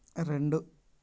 రెండు